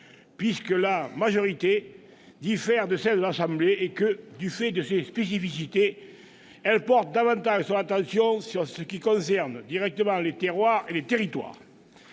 puisque la majorité diffère de celle de l'Assemblée nationale et que, du fait de ses spécificités, elle porte davantage son attention sur ce qui concerne directement les terroirs et les territoires.